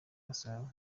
gasabo